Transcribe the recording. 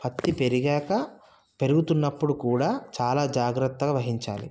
పత్తి పెరిగాక పెరుగుతునప్పడు కూడా చాలా జాగ్రత్తగా వహించాలి